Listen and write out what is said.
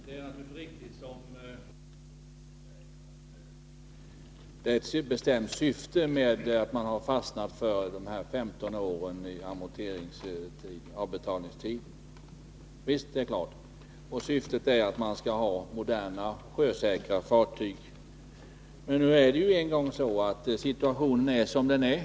Fru talman! Det är naturligtvis riktigt som Birger Rosqvist säger att det är i ett bestämt syfte man har fastnat för avbetalningstiden 15 år. Syftet är att man skall få moderna, sjösäkra fartyg. Men situationen inom sjöfartsnäringen är jusom den är.